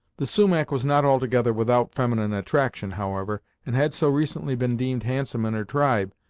the sumach was not altogether without feminine attraction, however, and had so recently been deemed handsome in her tribe,